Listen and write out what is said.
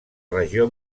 regió